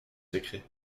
secret